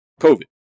COVID